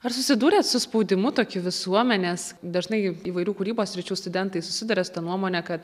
ar susidūrėt su spaudimu tokiu visuomenės dažnai įvairių kūrybos sričių studentai susiduria su ta nuomone kad